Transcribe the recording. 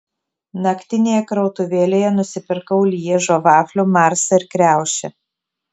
naktinėje krautuvėlėje nusipirkau lježo vaflių marsą ir kriaušę